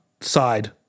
side